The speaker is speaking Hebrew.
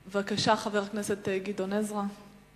בבקשה, חבר הכנסת גדעון עזרא.